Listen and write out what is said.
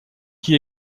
qui